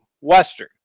Western